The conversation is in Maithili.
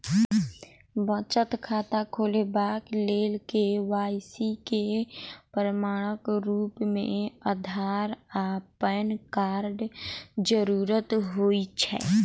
बचत खाता खोलेबाक लेल के.वाई.सी केँ प्रमाणक रूप मेँ अधार आ पैन कार्डक जरूरत होइ छै